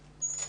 כהן.